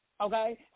Okay